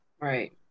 right